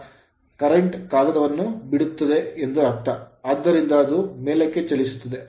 ನಂತರ current current ಕಾಗದವನ್ನು ಬಿಡುತ್ತದೆ ಆದ್ದರಿಂದ ಅದು ಮೇಲಕ್ಕೆ ಚಲಿಸುತ್ತದೆ